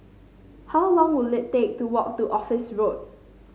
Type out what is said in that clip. how long will it take to walk to Office Road